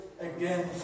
again